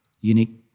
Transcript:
unique